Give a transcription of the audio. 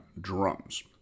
drums